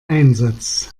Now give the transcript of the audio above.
einsatz